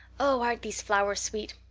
oh, aren't these flowers sweet!